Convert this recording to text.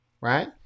right